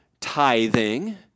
tithing